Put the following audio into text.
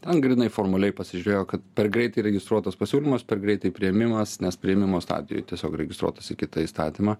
ten grynai formaliai pasižiūrėjo kad per greitai registruotas pasiūlymas per greitai priėmimas nes priėmimo stadijoj tiesiog registruotas į kitą įstatymą